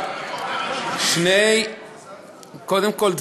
קודם כול,